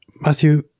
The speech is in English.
Matthew